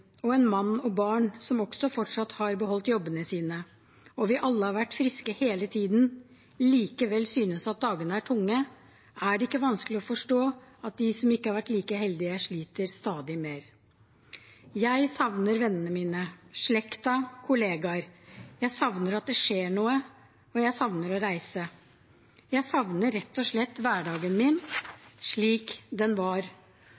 og en mann og barn som også fortsatt har beholdt jobbene sine, og vi alle har vært friske hele tiden, likevel synes at dagene er tunge, er det ikke vanskelig å forstå at de som ikke har vært like heldige, sliter stadig mer. Jeg savner vennene mine, slekta og kollegaer. Jeg savner at det skjer noe, og jeg savner å reise. Jeg savner rett og slett hverdagen min slik den var,